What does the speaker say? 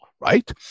right